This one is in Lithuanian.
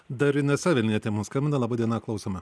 dar inesa vilnietė mum skambina laba diena klausome